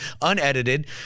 unedited